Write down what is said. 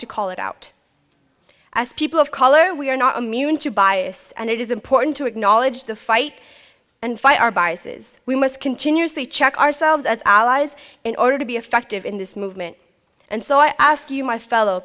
to call it out as people of color we are not immune to bias and it is important to acknowledge the fight and fight our biases we must continuously check ourselves as allies in order to be effective in this movement and so i ask you my fellow